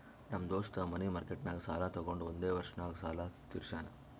ನಮ್ ದೋಸ್ತ ಮನಿ ಮಾರ್ಕೆಟ್ನಾಗ್ ಸಾಲ ತೊಗೊಂಡು ಒಂದೇ ವರ್ಷ ನಾಗ್ ಸಾಲ ತೀರ್ಶ್ಯಾನ್